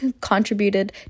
contributed